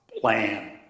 plan